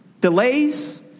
Delays